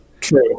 true